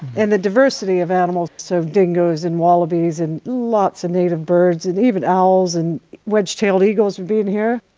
and the diversity of animals, so dingoes and wallabies and lots of native birds, and even owls and wedge tailed eagles would be in here.